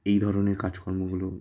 এই ধরনের কাজকর্মগুলো